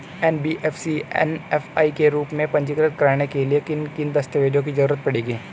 NBFC MFI के रूप में पंजीकृत कराने के लिए किन किन दस्तावेजों की जरूरत पड़ेगी?